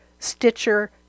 Stitcher